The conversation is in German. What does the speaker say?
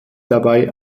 dabei